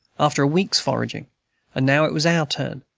after a week's foraging and now it was our turn.